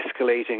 escalating